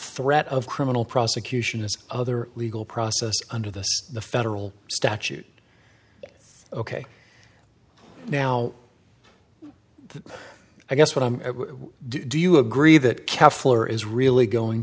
threat of criminal prosecution is other legal process under the the federal statute ok now i guess what i'm do you agree that cow floor is really going